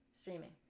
streaming